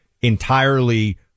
entirely